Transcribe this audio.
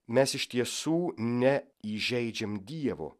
mes iš tiesų ne įžeidžiam dievo